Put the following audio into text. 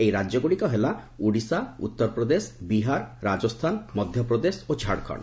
ଏହି ରାଜ୍ୟଗୁଡ଼ିକ ହେଲା ଓଡ଼ିଶା ଉତ୍ତର ପ୍ରଦେଶ ବିହାର ରାଜସ୍ଥାନ ମଧ୍ୟପ୍ରଦେଶ ଓ ଝାଡ଼ଖଣ୍ଡ